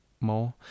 more